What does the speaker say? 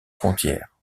frontières